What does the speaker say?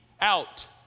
out